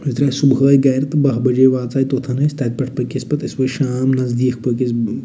أسۍ درٛاے صُبحٲے گَرِ تہٕ باہ بجے واژٲے توٚت تتہِ پٮ۪ٹھٕ پٔکۍ أسۍ پَتہٕ أسۍ وٲتۍ شام نٔزدیٖکھ پٔکۍ أسۍ